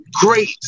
great